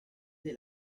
dei